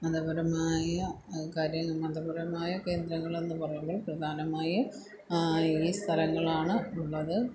മതപരമായ കാര്യങ്ങൾ മതപരമായ കേന്ദ്രങ്ങളെന്ന് പറയുമ്പോൾ പ്രധാനമായും ഈ സ്ഥലങ്ങളാണ് ഉള്ളത്